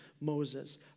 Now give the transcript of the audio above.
Moses